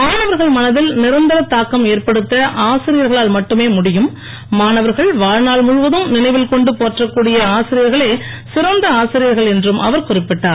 மாணவர்கள் மனதில் நிரந்தர தாக்கம் ஏற்படுத்த ஆசிரியர்களால் மட்டுமே முடியும் மாணவர்கள் வாழ்நாள் முழுவதும் நினைவில் கொண்டு போற்றக்கூடிய ஆசிரியர்களே சிறந்த ஆசிரியர்கள் என்றும் அவர் குறிப்பிட்டார்